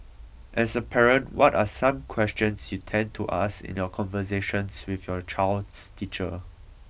as a parent what are some questions you tend to ask in your conversations with your child's teacher